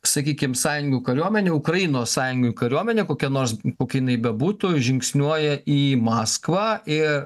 sakykim sąjungų kariuomenė ukrainos sąjungininkų kariuomenė kokia nors kokia jinai bebūtų žingsniuoja į maskvą ir